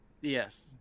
Yes